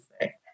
say